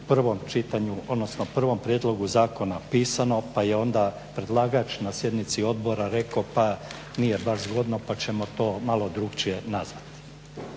prvom čitanju, odnosno prvom prijedlogu zakona pisano, pa je onda predlagač na sjednici odbora rekao pa nije baš zgodno pa ćemo to malo drukčije nazvati.